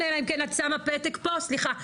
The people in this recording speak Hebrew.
אבל אני רוצה שתראי,